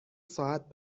ساعت